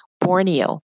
Borneo